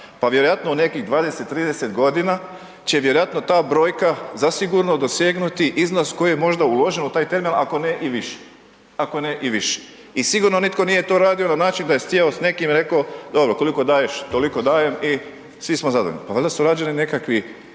Pa vjerojatno u nekih 20-30 g. će vjerojatno ta brojka, zasigurno dosegnuti iznos koji je možda uložen u taj terminal, ako ne i više. I sigurno to nije radio na način da je sjeo s nekim i rekao, dobro koliko daješ, toliko dajem i svi smo zadovoljni. Pa valjda su rađeni nekakvi